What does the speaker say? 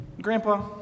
Grandpa